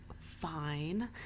fine